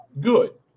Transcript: good